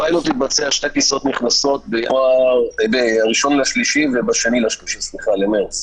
הפיילוט התבצע על שתי טיסות נכנסות ב-1 במרץ וב-2 במרץ.